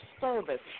service